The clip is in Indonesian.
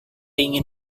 ingin